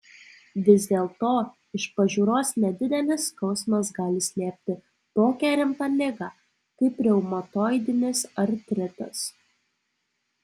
vis dėlto iš pažiūros nedidelis skausmas gali slėpti tokią rimtą ligą kaip reumatoidinis artritas